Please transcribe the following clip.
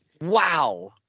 Wow